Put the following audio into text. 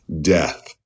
Death